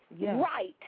right